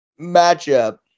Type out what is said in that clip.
matchup